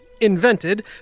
invented